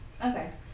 Okay